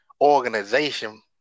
organization